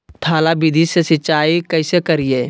थाला विधि से सिंचाई कैसे करीये?